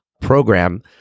program